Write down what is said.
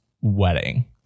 wedding